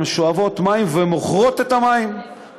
הן שואבות מים ומוכרות את המים,